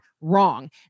wrong